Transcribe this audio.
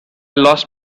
lost